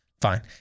Fine